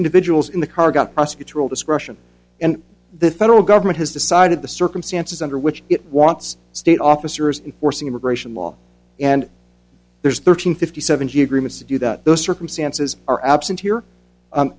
individuals in the car got prosecutorial discretion and the federal government has decided the circumstances under which it wants state officers in forcing immigration law and there's thirteen fifty seven g agreements to do that those circumstances are absent here